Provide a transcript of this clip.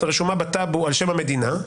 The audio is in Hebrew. שרשומה בטאבו על שם המדינה,